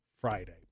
Friday